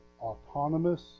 autonomous